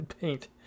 paint